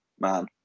man